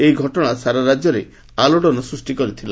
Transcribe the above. ଏହି ଘଟଶା ସାରା ରାଜ୍ୟରେ ଆଲୋଡନ ସୃଷ୍ଟି କରିଥିଲା